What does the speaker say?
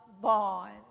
bond